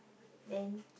then